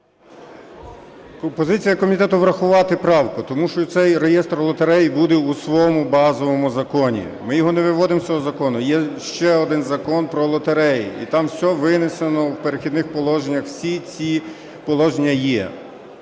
Позиція комітету: врахувати правку, тому що цей реєстр лотереї буде у своєму базовому законі, ми його не виводимо з цього закону. Є ще один Закон про лотереї, і там все винесено в "Перехідних положеннях". Всі ці положення є,